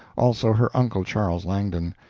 also her uncle charles langdon.